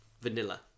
Vanilla